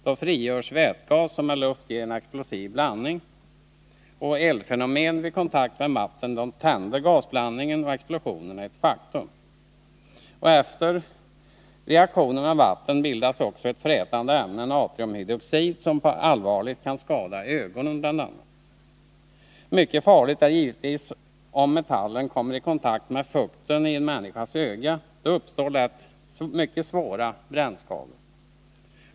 Då frigörs vätgas, som med luft ger en explosiv blandning. Eldfenomen uppstår vid kontakt med vatten. gasen tänds och explosionen är ett faktum. Efter reaktionen med vatten bildas också ett frätande ämne, natriumhydroxid, som bl.a. kan skada ögonen allvarligt. Det är givetvis mycket farligt om metallen kommer i kontakt med fukten i en människas öga. Då uppstår lätt mycket svåra brännskador.